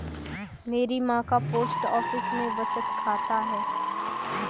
मेरी मां का पोस्ट ऑफिस में बचत खाता है